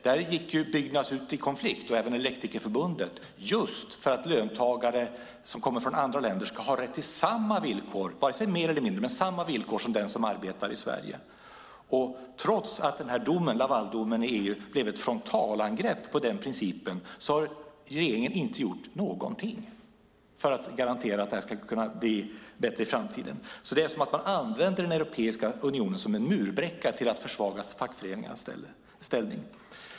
Där gick Byggnads och även Elektrikerförbundet ut i konflikt just för att löntagare som kommer från andra länder ska ha rätt till samma villkor, vare sig mer eller mindre utan samma villkor, som den som arbetar i Sverige. Trots att Lavaldomen blev ett frontalangrepp på den principen har regeringen inte gjort någonting för att garantera att det ska bli bättre i framtiden. Det är som om man använder Europeiska unionen som en murbräcka för att försvaga fackföreningarnas ställning.